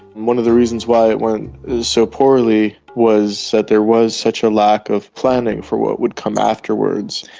one of the reasons why it went so poorly was that there was such a lack of planning for what would come afterwards.